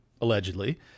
allegedly